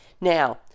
Now